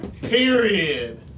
Period